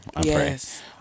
yes